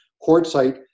quartzite